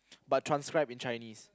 but transcribed in Chinese